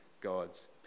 God's